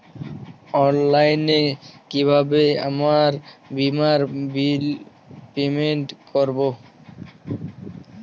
অনলাইনে কিভাবে আমার বীমার বিল পেমেন্ট করবো?